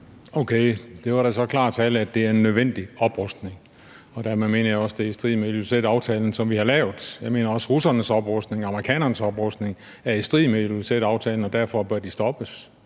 Okay, det var da så klar tale, altså at det er en nødvendig oprustning, og dermed mener jeg også, at det er i strid med Ilulissataftalen, som vi har lavet. Jeg mener også, at russernes oprustning og amerikanernes oprustning er i strid med Ilulissataftalen, og derfor bør de stoppes.